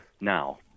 now